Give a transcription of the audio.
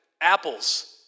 apples